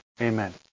Amen